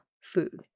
food